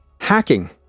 hacking